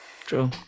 True